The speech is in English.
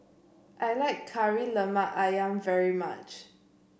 I like Kari Lemak ayam very much